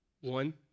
One